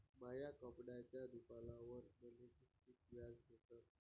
माया कपड्याच्या दुकानावर मले कितीक व्याज भेटन?